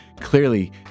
clearly